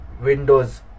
windows